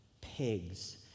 pigs